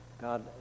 god